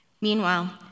Meanwhile